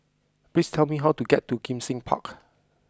please tell me how to get to Kim Seng Park